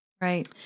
right